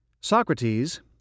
Socrates